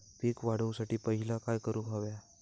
पीक वाढवुसाठी पहिला काय करूक हव्या?